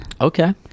Okay